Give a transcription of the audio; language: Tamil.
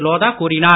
லோதா கூறினார்